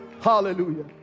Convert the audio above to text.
Hallelujah